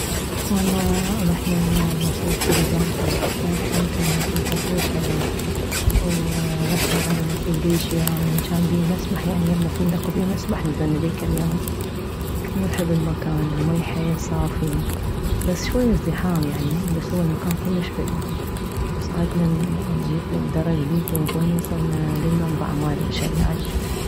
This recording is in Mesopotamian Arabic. والله رحنا لمصيف كلي زنطة حيل حيل تونسنا جان كلش حلو ورحنا على مصيف كلي شيرانه جان بيه مسبح يعني يمه فندق بيه مسبح نزلنا بيه كم يوم كثير حلو المكان الماي حيل صافي بس شوية ازدحام يعني بس هو المكان كلش حلو وصعدنا يعني مثل الدرج ليفوك وين وصلنا للمنبع مالشلال